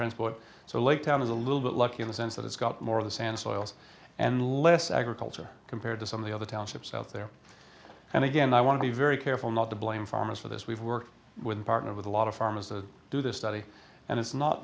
transport so late time is a little bit lucky in the sense that it's got more of the sand soils and less agriculture compared to some of the other townships out there and again i want to be very careful not to blame farmers for this we've worked with a partner with a lot of farmers to do this study and it's not